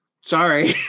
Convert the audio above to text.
Sorry